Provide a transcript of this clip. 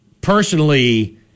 personally